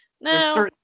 No